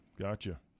Gotcha